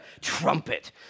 trumpet